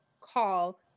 call